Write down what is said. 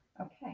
Okay